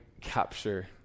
capture